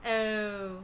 oh